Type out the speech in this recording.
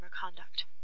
conduct